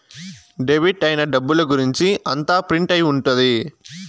debit అయిన డబ్బుల గురుంచి అంతా ప్రింట్ అయి ఉంటది